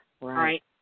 right